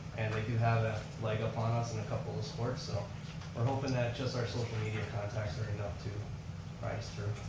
and they do have a leg up on us in a couple of sports so we're hoping that just our social media contacts are enough to pride us through.